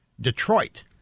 Detroit